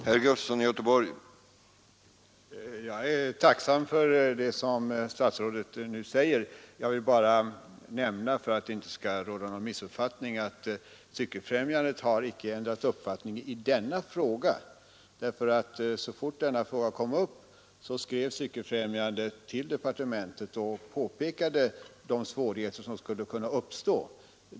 Herr talman! Jag är tacksam för det som statsrådet nu säger. Jag vill bara nämna, för att det inte skall råda något missförstånd, att Cykeloch mopedfrämjandet inte ändrat uppfattning i denna fråga. Så fort frågan kom upp skrev nämligen Cykeloch mopedfrämjandet till departementet och pekade på de svårigheter som skulle kunna uppstå.